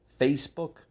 Facebook